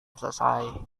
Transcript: selesai